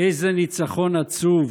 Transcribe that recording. איזה ניצחון עצוב.